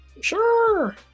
Sure